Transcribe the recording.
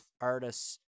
artists